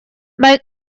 mae